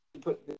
put